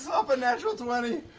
off a natural twenty!